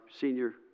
senior